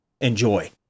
enjoy